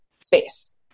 space